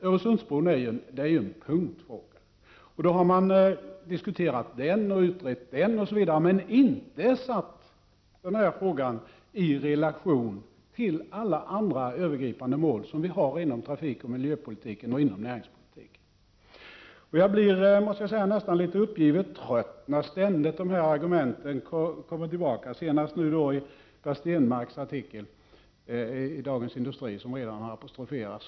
Öresundsbron är ju en punktfråga som man diskuterat och utrett men inte satt i relation till alla andra övergripande mål vi har inom trafikoch miljöpolitiken och inom näringspolitiken. Jag blir nästan uppgivet trött när dessa argument ständigt kommer tillbaka, senast i Per Stenmarcks artikel i Dagens Industri, som redan apostroferats.